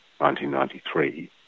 1993